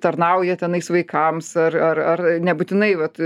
tarnauja tenais vaikams ar ar ar nebūtinai vat